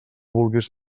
vulguis